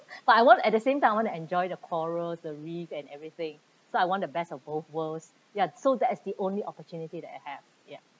but I want at the same time I want to enjoy the corals the reef and everything so I want the best of both worlds ya so that is the only opportunity that I have ya